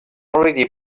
already